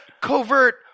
covert